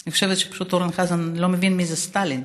אני חושבת שאורן חזן לא מבין מי זה סטלין,